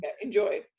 enjoy